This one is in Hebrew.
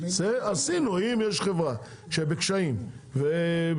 עשינו אם יש חברה שהם בקשיים ובפשיטת